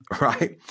Right